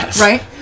right